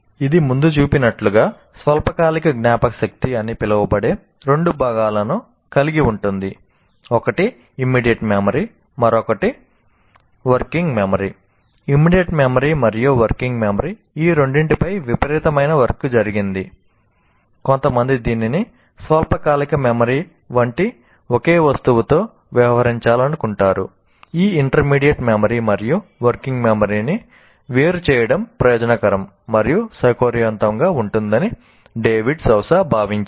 ఇది ముందు చూపినట్లుగా స్వల్పకాలిక జ్ఞాపకశక్తి అని పిలవబడేది రెండు భాగాలను కలిగి ఉంటుంది ఒకటి ఇమ్మీడియేట్ మెమరీ భావించారు